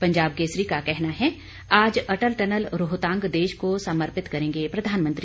पंजाब केसरी का कहना है आज अटल टनल रोहतांग देश को समर्पित करेंगे प्रधानमंत्री